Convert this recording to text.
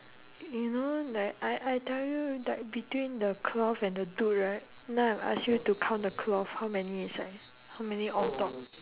you know like I I tell you like between the cloth and the dude right now I ask you to count the cloth how many inside how many on top